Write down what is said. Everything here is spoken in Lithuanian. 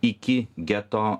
iki geto